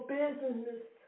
business